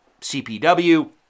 CPW